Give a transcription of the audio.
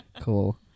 Cool